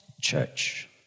church